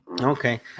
Okay